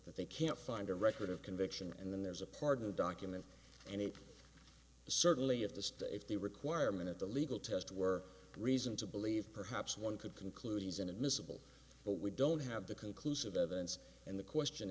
that they can't find a record of conviction and then there's a part of the document and it certainly if the state if the requirement of the legal test were reason to believe perhaps one could conclude is inadmissible but we don't have the conclusive evidence and the question